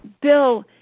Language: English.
Bill